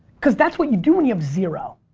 cause that's what you do when you have zero.